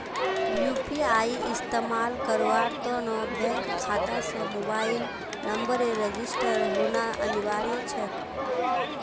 UPI इस्तमाल करवार त न बैंक खाता स मोबाइल नंबरेर रजिस्टर्ड होना अनिवार्य छेक